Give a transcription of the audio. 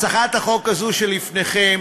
הצעת החוק הזו שלפניכם